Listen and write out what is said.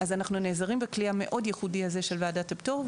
אז אנחנו נעזרים בכלי המאוד ייחודי הזה של ועדת הפטור.